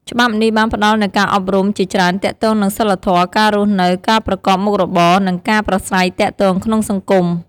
ច្បាប់នេះបានផ្ដល់នូវការអប់រំជាច្រើនទាក់ទងនឹងសីលធម៌ ការរស់នៅ ការប្រកបមុខរបរ និងការប្រាស្រ័យទាក់ទងក្នុងសង្គម។